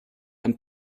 ein